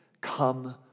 come